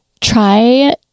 try